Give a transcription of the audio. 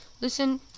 listen